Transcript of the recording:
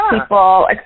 people